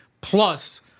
plus